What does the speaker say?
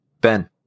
Ben